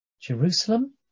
jerusalem